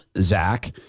Zach